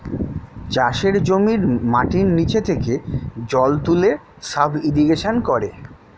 চাষের জমির মাটির নিচে থেকে জল তুলে সাব ইরিগেশন করে